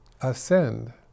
ascend